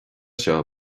seo